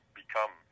become